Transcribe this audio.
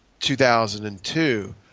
2002